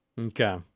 Okay